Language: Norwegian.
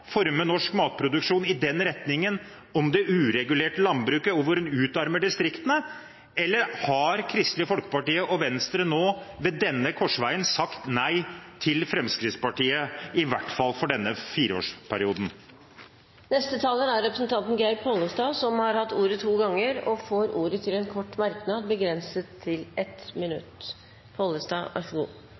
forme norsk matproduksjon i den retningen, mot det uregulerte landbruket hvor en utarmer distriktene, eller har Kristelig Folkeparti og Venstre ved denne korsveien sagt nei til Fremskrittspartiet i hvert fall for denne fireårsperioden? Representanten Geir Pollestad har hatt ordet to ganger tidligere og får ordet til en kort merknad, begrenset til 1 minutt.